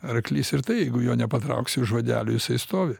arklys ir tai jeigu jo nepatrauksi už vadelių jisai stovi